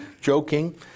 joking